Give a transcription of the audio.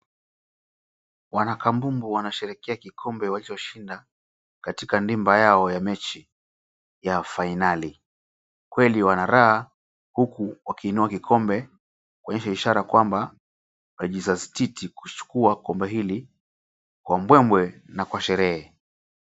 Wanakambumbu wanasherehekea kikombe walichoshinda katika ndimba yao ya mechi ya fainali. Kweli wana raha huku wakiinua kikombe kuonyesha ishara kwamba wamejisatiti kuchukua kikombe hiki kwa mbwembwe na kwa sherehe.